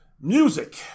Music